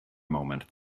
minute